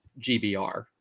GBR